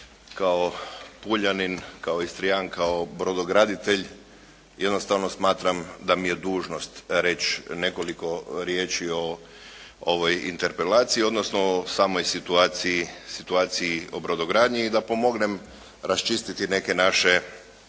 kao Puljanim, kao Istrijan, kao brodograditelj, jednostavno smatram da mi je dužnost reći nekoliko riječi o ovoj interpelaciji, odnosno o samoj situaciji o brodogradnji i da pomognem raščistiti neke naše